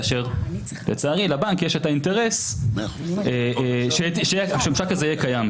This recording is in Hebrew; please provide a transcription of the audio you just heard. כאשר לצערי לבנק יש את האינטרס שהממשק הזה יהיה קיים,